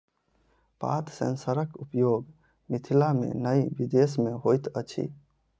पात सेंसरक उपयोग मिथिला मे नै विदेश मे होइत अछि